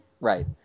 Right